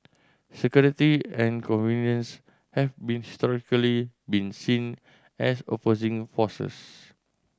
security and convenience have been historically been seen as opposing forces